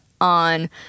on